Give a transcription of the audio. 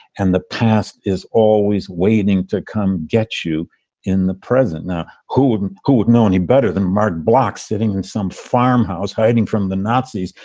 and the past is always waiting to come get you in the present now. who wouldn't? who would know any better than martin block sitting in some farmhouse hiding from the nazis,